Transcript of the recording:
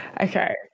okay